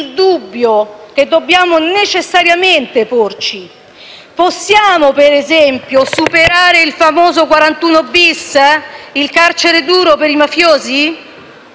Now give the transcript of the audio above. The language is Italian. dubbio che dobbiamo necessariamente porci. Possiamo, per esempio, superare il famoso 41-*bis*, il carcere duro per i mafiosi?